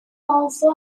also